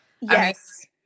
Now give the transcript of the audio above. Yes